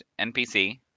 NPC